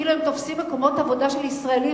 כאילו הם תופסים מקומות עבודה של ישראלים,